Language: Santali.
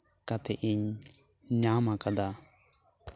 ᱠᱩᱞᱤ ᱠᱟᱛᱮᱜ ᱤᱧ ᱧᱟᱢ ᱠᱟᱫᱟ